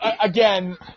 again